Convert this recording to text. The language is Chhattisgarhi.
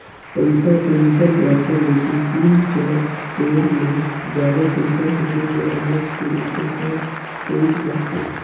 पइसा तो निकल जाथे लेकिन तीन चाएर तोर ले जादा पइसा हेरे ले अलग से पइसा कइट जाथे